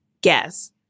guess